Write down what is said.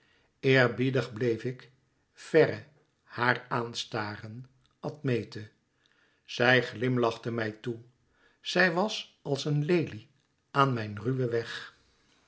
eerbiedig bleef ik verre haar aan staren admete zij glimlachte mij toe zij was als een lelie aan mijn ruwen weg